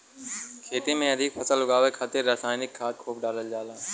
खेती में अधिक फसल उगावे खातिर रसायनिक खाद खूब डालल जाला